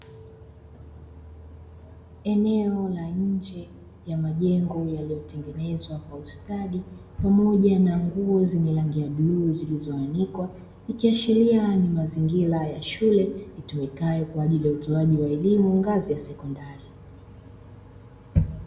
Eneo la nje ya majengo yaliyotengenezwa kwa ustadi, pamoja na nguo zenye rangi ya bluu zilizoanikwa. Ikiashiria ni mazingira ya shule itumikayo kwa ajili ya utoaji wa elimu, ngazi ya sekondari.